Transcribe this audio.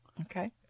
Okay